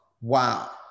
Wow